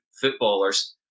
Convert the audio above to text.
footballers